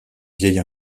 vieille